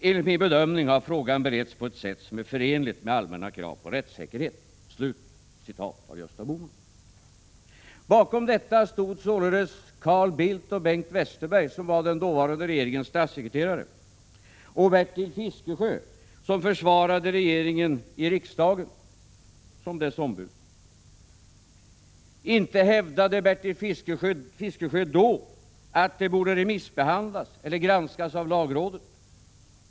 Enligt min bedömning har frågan beretts på ett sätt som är förenligt med allmänna krav på rättssäkerhet.” Bakom detta stod således Carl Bildt och Bengt Westerberg, som då var statssekreterare, samt Bertil Fiskesjö, som försvarade regeringen i riksdagen som dess ombud. Inte hävdade Bertil Fiskesjö då att förslaget borde remissbehandlas eller granskas av lagrådet.